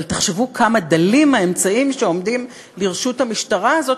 אבל תחשבו כמה דלים האמצעים שעומדים לרשות המשטרה הזאת,